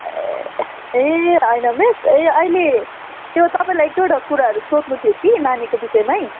ए ए होइन मिस यो अहिले त्यो तपाईँलाई एक दुईवटा कुराहरू सोध्नु थियो कि नानीको विषयमै